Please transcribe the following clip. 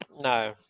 No